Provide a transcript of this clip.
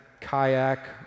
kayak